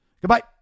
Goodbye